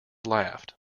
laughed